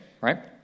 right